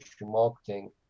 marketing